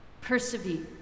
Persevere